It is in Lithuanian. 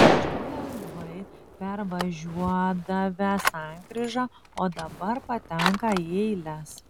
anksčiau lengvai pervažiuodavę sankryžą o dabar patenka į eiles